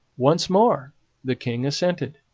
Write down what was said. once more the king assented.